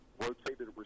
rotated